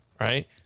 right